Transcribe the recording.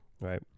right